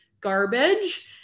garbage